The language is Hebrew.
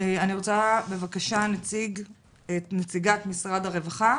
אני רוצה בבקשה את נציגת משרד הרווחה,